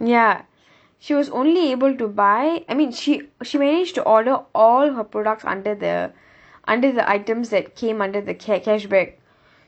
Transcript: ya she was only able to buy I mean she she managed to order all her products under the under the items that came under the ca~ cashback